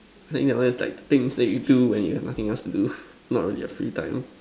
I think that one is like the things that you do when you have nothing else to do not really your free time